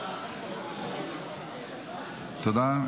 תודה.